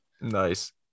Nice